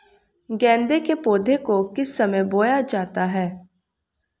गेंदे के पौधे को किस समय बोया जाता है?